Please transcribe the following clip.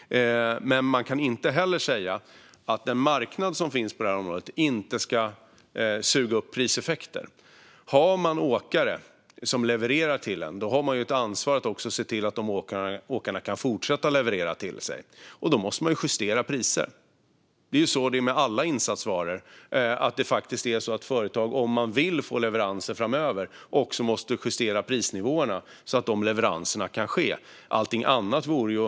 Men man kan inte heller säga att den marknad som finns på området inte ska suga upp priseffekter. Om man har åkare som levererar till en har man ett ansvar att också se till att åkarna kan fortsätta att leverera. Då måste man justera priser. Det är så det är med alla insatsvaror. Om företag vill få leveranser framöver måste de också justera prisnivåerna så att dessa leveranser kan ske. Allting annat vore orimligt.